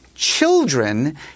children